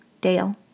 Dale